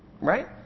Right